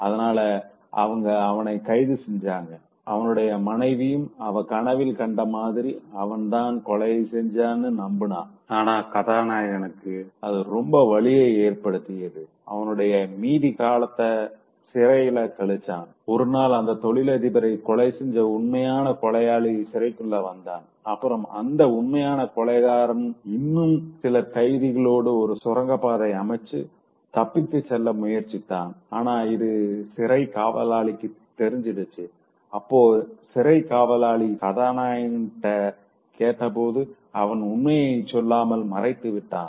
அதனால அவங்க அவனை கைது செஞ்சாங்க அவனுடைய மனைவியும் அவ கனவில் கண்ட மாதிரி அவன் தான் கொலை செஞ்சானு நம்புனா ஆனா கதாநாயகனுக்கு அது ரொம்ப வலியை ஏற்படுத்தியது அவனுடைய மீதி காலத்த சிறையில் கழிச்சான் ஒரு நாள் அந்த தொழிலதிபர கொலை செஞ்ச உண்மையான கொலையாளி சிறைகுள்ள வந்தான் அப்புறம் அந்த உண்மையான கொலைகாரன் இன்னும் சிலர் கைதிகளோடு ஒரு சுரங்கப்பாதை அமைச்சு தப்பித்து செல்ல முயற்சித்தான் ஆனா இது சிறை காவலாளிக்கு தெரிஞ்சிடுச்சு அப்போ சிறை காவலாளி கதாநாயகன் கிட்ட கேட்ட போது அவன் உண்மையைச் சொல்லாமல் மறைத்து விட்டான்